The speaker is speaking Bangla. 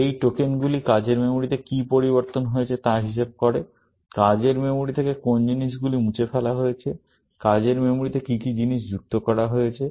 এই টোকেনগুলি কাজের মেমরিতে কী পরিবর্তন হয়েছে তা হিসাব করে কাজের মেমরি থেকে কোন জিনিসগুলি মুছে ফেলা হয়েছে কাজের মেমরিতে কী কী জিনিস যুক্ত করা হয়েছে